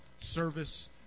service